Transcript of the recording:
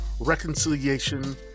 reconciliation